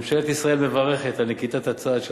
ממשלת ישראל מברכת על נקיטת הצעד של